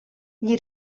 gli